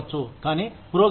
కానీ పురోగతి లేదు